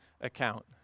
account